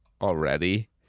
already